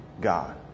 God